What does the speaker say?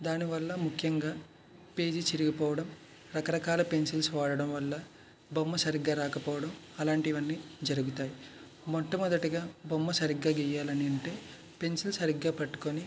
దాని వల్ల ముఖ్యంగా పేజీ చిరిగిపోవడం రకరకాల పెన్సిల్స్ వాడడం వల్ల బొమ్మ సరిగ్గా రాకపోవడం అలాంటివన్నీ జరుగుతాయి మొట్టమొదటిగా బొమ్మ సరిగ్గా గీయాలనంటే పెన్సిల్ సరిగ్గా పట్టుకొని